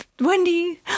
Wendy